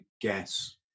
guess